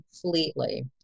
completely